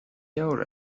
leabhar